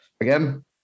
again